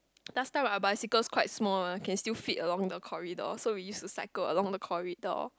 last time a bicycle quite small lah can still fit along the corridor so we use the cycle along the corridor